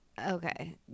Okay